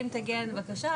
אם תגיע אלינו בקשה,